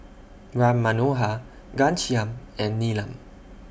Ram Manohar Ghanshyam and Neelam